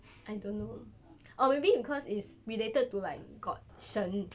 I don't know or maybe because it's related to like got 神